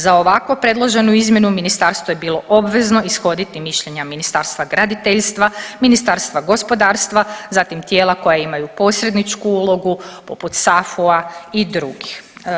Za ovako predloženu izmjenu ministarstvo je bilo obvezno ishoditi mišljenja Ministarstva graditeljstva, Ministarstva gospodarstva, zatim tijela koja imaju posredničku ulogu poput SAFU-a i drugih.